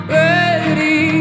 ready